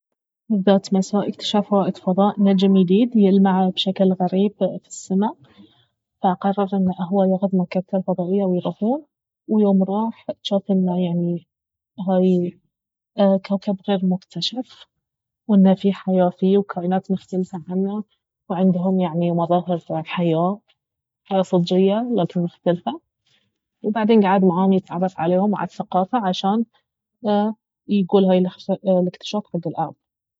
ذات مساء اكتشف رائد فضاء نجم يديد يلمع بشكل غريب في السماء فقرر انه اهو يأخذ مركبته الفضائية ويروحون ويوم راح جاف انه يعني هاي كوكب غير مكتشف وانه في حياة فيه وكائنات مختلفة عنا وعندهم يعني مظاهر حياة حياة صجية لكن مختلفة وبعدين قعد معاهم يتعرف عليهم وعلى الثقافة عشان يقول هذا الاكتشاف حق الارض